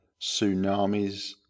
tsunamis